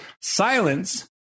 Silence